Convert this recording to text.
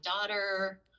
daughter